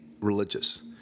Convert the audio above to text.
religious